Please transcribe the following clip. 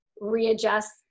readjust